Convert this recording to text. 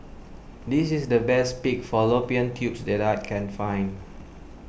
this is the best Pig Fallopian Tubes that I can find